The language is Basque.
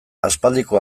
aspaldiko